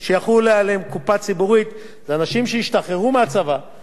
אנשים שהשתחררו מהצבא וחזרו לעבוד בצבא,